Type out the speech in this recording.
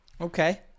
Okay